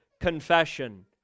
confession